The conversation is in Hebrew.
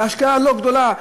בהשקעה לא גדולה.